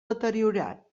deteriorat